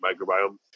microbiome